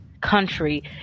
country